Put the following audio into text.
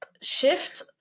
shift